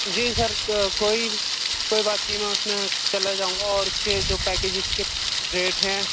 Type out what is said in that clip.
جی sir کوئی بات نہیں میں اپنے چلا جاؤں گا اور اس کے جو پیکیجز کے جو ریٹ ہیں